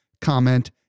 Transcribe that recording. comment